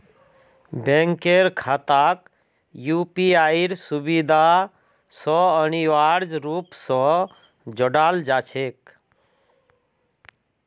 बैंकेर खाताक यूपीआईर सुविधा स अनिवार्य रूप स जोडाल जा छेक